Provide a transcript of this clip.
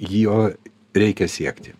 jo reikia siekti